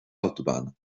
autobahn